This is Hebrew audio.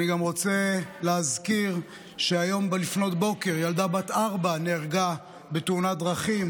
אני גם רוצה להזכיר שהיום לפנות בוקר ילדה בת ארבע נהרגה בתאונת דרכים,